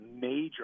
major